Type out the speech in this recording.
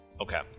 Okay